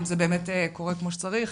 אם זה קורה כמו שצריך,